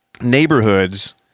neighborhoods